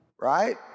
Right